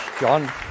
John